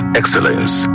excellence